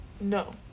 No